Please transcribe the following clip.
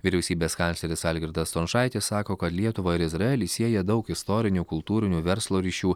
vyriausybės kancleris algirdas stončaitis sako kad lietuvą ir izraelį sieja daug istorinių kultūrinių verslo ryšių